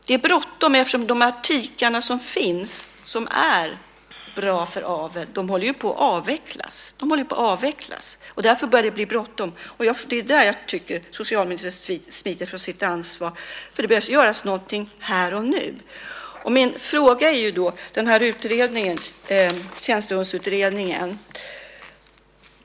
Det är bråttom, eftersom de tikar som finns och som är bra för avel håller på att avvecklas. Det är där jag tycker att socialministern smiter från sitt ansvar. Det behövs göras någonting här och nu. Min fråga gäller Tjänstehundsutredningen.